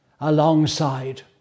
alongside